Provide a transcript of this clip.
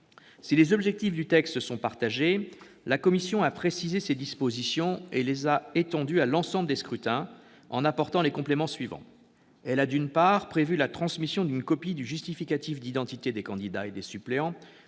Si les objectifs du texte sont partagés, la commission a précisé ses dispositions et les a étendues à l'ensemble des scrutins en apportant les compléments suivants. Elle a, d'une part, prévu la transmission d'une copie du justificatif d'identité des candidats et des suppléants